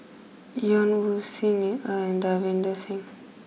Ian Woo Xi Ni Er and Davinder Singh